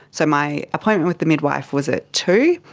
so my appointment with the midwife was at two.